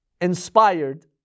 inspired